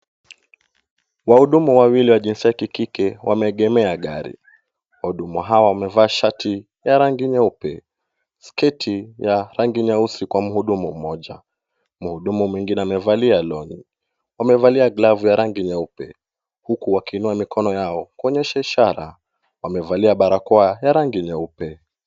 Wahudumu wawili wa jinsia ya kike wameegemea gari. Wahudumu hawa wamevaa shati ya rangi nyeupe. Sketi ya rangi nyeusi kwa mhudumu mmoja. Mhudumu mwingine amevalia long'i . Wamevalia glavu ya rangi nyeupe huku wakiinua mikono yao kuonyesha ishara. Wamevalia barakoa ya rangi nyeupe.